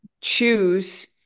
choose